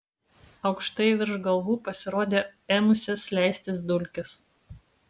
aukštai virš galvų pasirodė ėmusios leistis dulkės